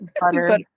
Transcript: Butter